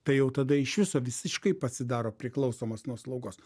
tai jau tada iš viso visiškai pasidaro priklausomas nuo slaugos